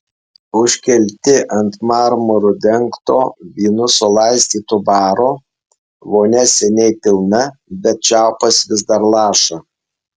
užkelti ant marmuru dengto vynu sulaistyto baro vonia seniai pilna bet čiaupas vis dar laša